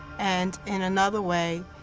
and in another way,